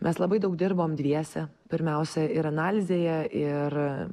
mes labai daug dirbom dviese pirmiausia ir analizėje ir